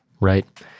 right